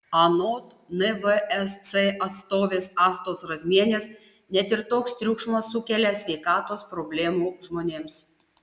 anot nvsc atstovės astos razmienės net ir toks triukšmas sukelia sveikatos problemų žmonėms